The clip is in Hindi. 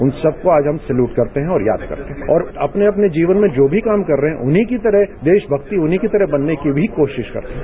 उन सबको आज हम सलूट करते हैं और अपने अपने जीवन में जो भी काम कर रहे है उन्हीं की तरह देशभक्ति उन्हीं की तरह बनने की भी कोशिश है